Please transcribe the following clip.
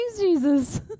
Jesus